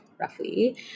roughly